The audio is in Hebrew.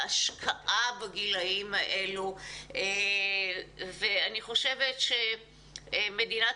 להשקעה בגילים האלו ואני חושבת שמדינת